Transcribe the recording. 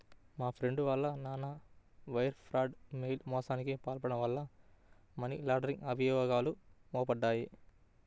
మా ఫ్రెండు వాళ్ళ నాన్న వైర్ ఫ్రాడ్, మెయిల్ మోసానికి పాల్పడటం వల్ల మనీ లాండరింగ్ అభియోగాలు మోపబడ్డాయి